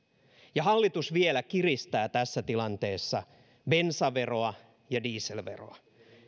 ja hallitus vielä kiristää tässä tilanteessa bensaveroa ja dieselveroa